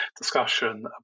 discussion